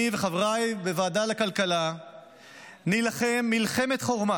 אני וחבריי בוועדה לכלכלה נילחם מלחמת חורמה